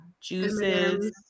juices